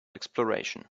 exploration